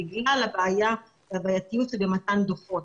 בגלל הבעייתיות שבמתן דוחות.